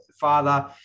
father